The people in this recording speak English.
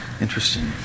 Interesting